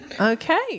Okay